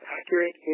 Accurate